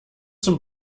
zum